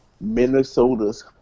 Minnesota's